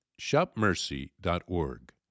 shopmercy.org